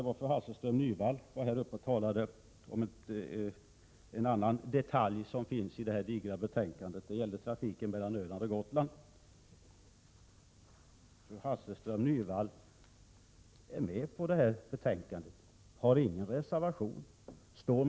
Ingrid Hasselström Nyvall talade om en annan detalj i detta digra betänkande, nämligen sjöfarten mellan Öland och Gotland. Fru Hasselström Nyvall har skrivit under detta betänkande och har ingen reservation.